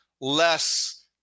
less